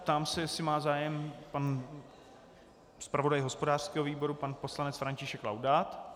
Ptám se, jestli má zájem pan zpravodaj hospodářského výboru pan poslanec František Laudát.